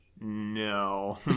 No